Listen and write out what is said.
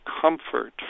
comfort